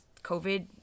COVID